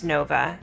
Nova